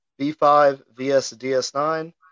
B5VSDS9